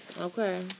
okay